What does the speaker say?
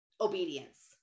obedience